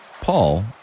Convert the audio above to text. Paul